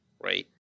right